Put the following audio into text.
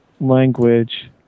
language